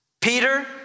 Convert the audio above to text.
Peter